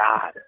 God